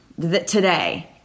today